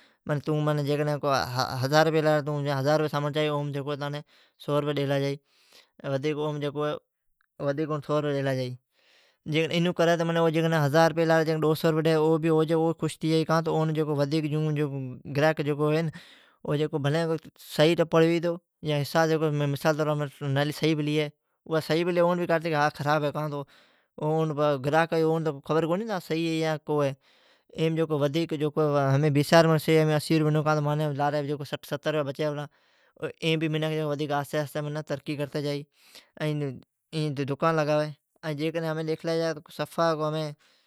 پر توںمعنی جیکڈھں کو ھزار رپئی لاری توں ھزار پیئی جا سامان اچاوی ودھیک ھزار رپییئ رلاری ودھیک سو رپیا ڈیلا جائی، ودھیکا اوم سو ڈیلا جائی۔ جی انوں کری تو ھزار رپئی لاری ڈو سو ڈئی او خوش ھتی جائی۔ گرھک جکو ھوی بھلی سھی ٹپڑ ھوی تو خراب ھی۔ کاں توجکو گراھک آوی ا ون خبر کونی سھی ھی یا کو ھی۔ ایم جکو ودھیک جکو ھی بیساں رپنیاڑی شی اسی رپیم ڈئوں۔ کاں تو لاری سٹھ ستر رپیا بچی پلا۔ ایم منکھ آھسی آھستی ترقی کرتی جائی۔ ایں تو دکان لگاوی۔ ایں جیکڈھں ڈیکھلی جا صفا کو ھمیں